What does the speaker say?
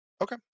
Okay